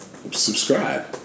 subscribe